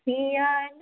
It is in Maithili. पिया नहीं